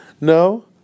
No